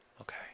Okay